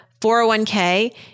401k